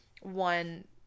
One